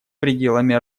пределами